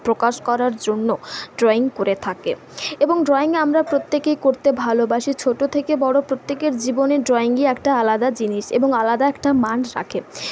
প্রকাশ করার জন্য ড্রয়িং করে থাকে এবং ড্রয়িং আমরা প্রত্যেকেই করতে ভালোবাসি ছোটো থেকে বড়ো প্রত্যেকের জীবনে ড্রয়িংই একটা আলাদা জিনিস এবং আলাদা একটা মান রাখে